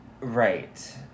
Right